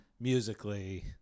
musically